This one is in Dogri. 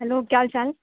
हैलो केह् हाल चाल